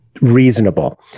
reasonable